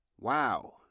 Wow